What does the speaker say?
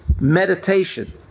meditation